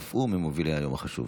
אף הוא ממובילי היום החשוב.